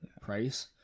price